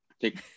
take